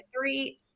three